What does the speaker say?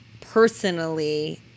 personally